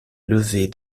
levée